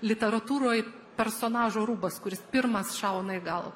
literatūroj personažo rūbas kuris pirmas šauna į galvą